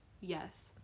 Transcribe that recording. yes